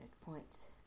points